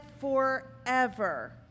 forever